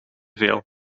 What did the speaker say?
veel